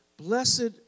Blessed